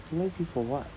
I lie to you for what